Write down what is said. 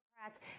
Democrats